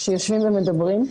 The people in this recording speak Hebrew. שיושבים ומדברים.